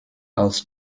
aus